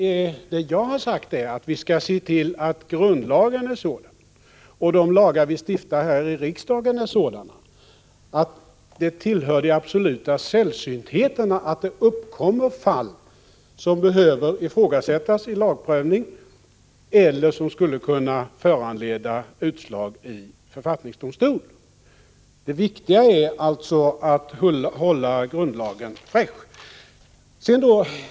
Vad jag har sagt är att vi skall se till att grundlagen och de lagar vi stiftar här i riksdagen är sådana att det tillhör de absoluta sällsyntheterna att det uppkommer fall som behöver ifrågasättas i lagprövning eller som skulle kunna föranleda utslag i författningsdomstol. Det viktiga är alltså att hålla grundlagen fräsch.